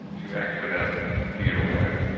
to act without fear or favour,